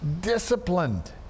disciplined